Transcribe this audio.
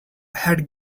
had